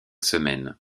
semaines